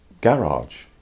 garage